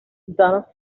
dana